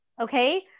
Okay